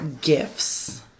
gifts